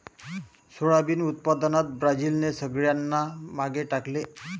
soybean उत्पादनात ब्राझीलने सगळ्यांना मागे टाकले